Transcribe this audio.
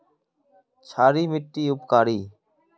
क्षारी मिट्टी उपकारी?